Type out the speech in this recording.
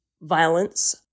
violence